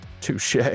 touche